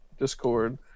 Discord